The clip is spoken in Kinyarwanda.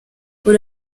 uru